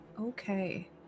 Okay